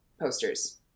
posters